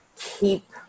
keep